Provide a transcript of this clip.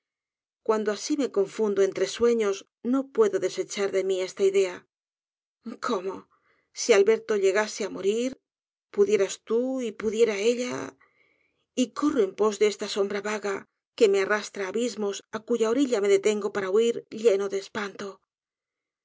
cuando asi me confundo entre sueños no puedo desechar de mí esta idea cómo si alberto llegase á morir pudieras tú y pudiera ella y corro en pos de esta sombra vaga que me arrastra á abismos á cuya orilla me detengo para huir lleno de espanto